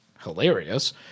hilarious